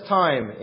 time